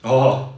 orh